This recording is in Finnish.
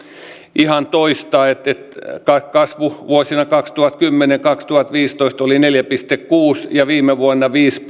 ihan toista kasvu vuosina kaksituhattakymmenen viiva kaksituhattaviisitoista oli neljä pilkku kuusi ja viime vuonna viisi